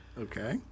Okay